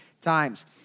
times